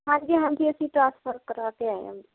ਹਾਂਜੀ ਹਾਂਜੀ ਅਸੀਂ ਟਰਾਂਸਫਰ ਕਰਵਾ ਕੇ ਆਏ ਹਾਂ